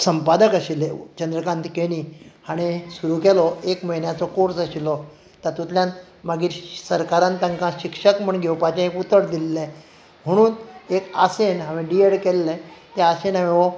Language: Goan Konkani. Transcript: संपादक आशिल्ले चंद्रकांत केणी हाणें सुरू केलो एक म्हयन्याचो कोर्स आशिल्लो तातूंतल्यान मागीर सरकारान तांकां शिक्षक म्हूण घेवपाचें उतर दिल्लें म्हणून हे आशेंत हांवें डी एड केल्लें ते आशेंत